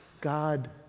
God